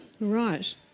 Right